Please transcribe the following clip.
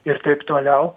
ir taip toliau